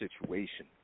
situation